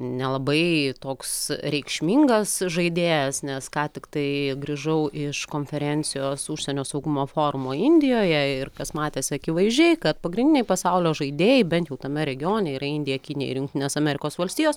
nelabai toks reikšmingas žaidėjas nes ką tiktai grįžau iš konferencijos užsienio saugumo forumo indijoje ir kas matėsi akivaizdžiai kad pagrindiniai pasaulio žaidėjai bent jau tame regione yra indija kinija ir jungtinės amerikos valstijos